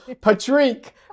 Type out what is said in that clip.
Patrick